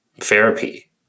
therapy